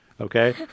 okay